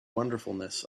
wonderfulness